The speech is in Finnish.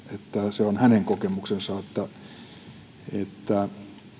se on hänen kokemuksensa että